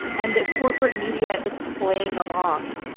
and the corporate media is playing along.